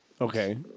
Okay